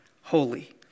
Holy